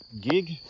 gig